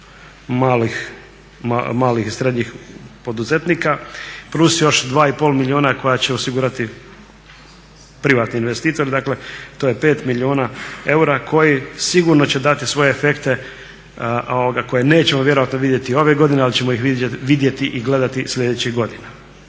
malih i srednjih poduzetnika plus još 2,5 milijuna koja će osigurati privatni investitor, dakle to je 5 milijuna eura koji sigurno će dati svoje efekte koje nećemo vjerojatno vidjeti ove godine ali ćemo ih vidjeti i gledati sljedećih godina.